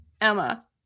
Emma